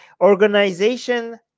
Organization